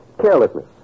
Carelessness